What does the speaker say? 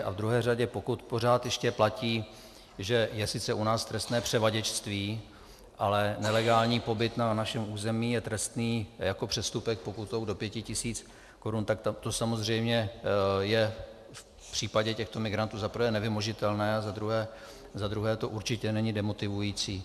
A v druhé řadě, pokud pořád ještě platí, že je sice u nás trestné převaděčství, ale nelegální pobyt na našem území je trestný jako přestupek s pokutou do 5 tisíc korun, tak tam to samozřejmě je v případě těchto migrantů za prvé nevymožitelné a za druhé to určitě není demotivující.